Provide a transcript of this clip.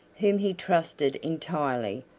whom he trusted entirely,